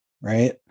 right